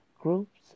groups